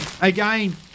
again